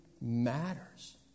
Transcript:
matters